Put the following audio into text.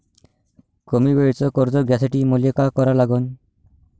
कमी वेळेचं कर्ज घ्यासाठी मले का करा लागन?